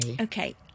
Okay